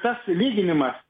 tas lyginimas